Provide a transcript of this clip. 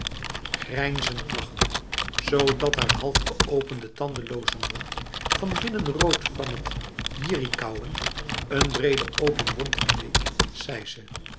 grijnzend lachend zodat haar halfgeopende tandeloze mond van binnen rood van het yirihkauwen een brede open wond geleek zei ze